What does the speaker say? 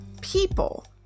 people